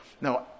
no